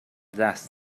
that